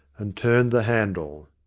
and turned the handle.